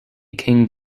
king